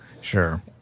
Sure